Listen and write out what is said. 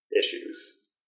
issues